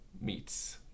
meets